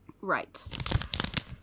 Right